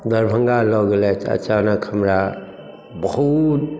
दरभंगा लऽ गेलथि अचानक हमरा बहुत